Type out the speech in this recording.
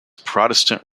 protestant